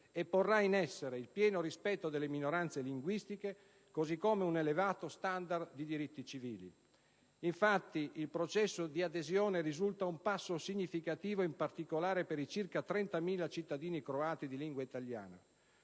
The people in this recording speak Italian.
e porrà in essere il pieno rispetto delle minoranze linguistiche, così come un elevato standard di diritti civili. Infatti, il processo di adesione risulta un passo significativo, in particolare per i circa 30.000 cittadini croati di lingua italiana.